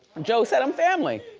joe said i'm family,